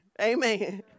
Amen